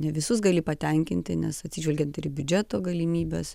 ne visus gali patenkinti nes atsižvelgiant ir biudžeto galimybes